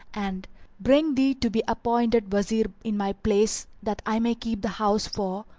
and bring thee to be appointed wazir in my place that i may keep the house for,